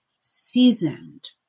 seasoned